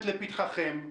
שעומדת לפתחכם,